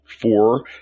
Four